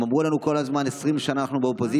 הם אמרו לנו כל הזמן: 20 שנה אנחנו באופוזיציה,